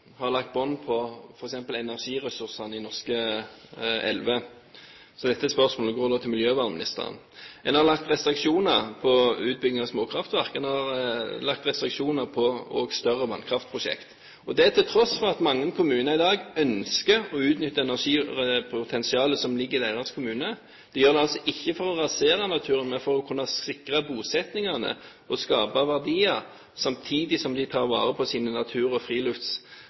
har lagt bånd på f.eks. energiressursene i norske elver – dette spørsmålet går da til miljøvernministeren. En har lagt restriksjoner på utbygging av småkraftverk, og en har også lagt restriksjoner på større vannkraftprosjekt – til tross for at mange kommuner i dag ønsker å utnytte energipotensialet som ligger i deres kommune. De gjør det altså ikke for å rasere naturen, men for å kunne sikre bosettingene og skape verdier, samtidig som de tar vare på sine natur- og